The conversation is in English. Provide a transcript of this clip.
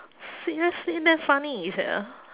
seriously damn funny is like uh